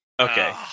okay